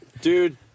Dude